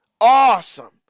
awesome